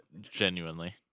genuinely